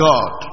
God